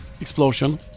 explosion